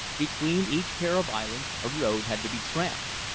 between each pair of islands a road had to be tramped.